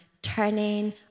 turning